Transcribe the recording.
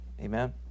Amen